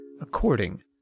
according